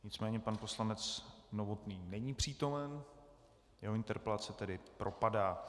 Nicméně pan poslanec Novotný není přítomen, jeho interpelace tedy propadá.